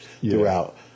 throughout